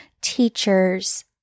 teachers